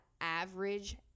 average